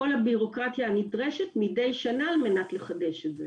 כל הבירוקרטיה הנדרש מדי שנה, על מנת לחדש את זה.